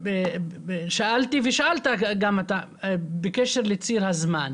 שאלתי ושאלת גם אתה בקשר לציר הזמן.